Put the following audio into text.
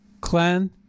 clan